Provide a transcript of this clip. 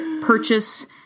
purchase